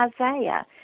Isaiah